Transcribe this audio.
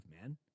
man